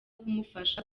kumufasha